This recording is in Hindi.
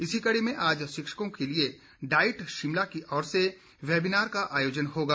इसी कड़ी में आज शिक्षकों के लिए डाइट शिमला की और से वेबिनार का आयोजन होगा